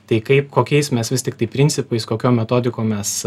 tai kaip kokiais mes vis tiktai principais kokiom metodikom mes